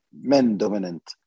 men-dominant